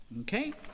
Okay